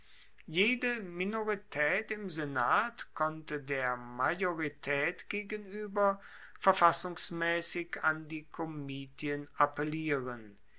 jede minoritaet im senat konnte der majoritaet gegenueber verfassungsmaessig an die komitien appellieren